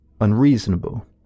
unreasonable